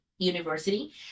University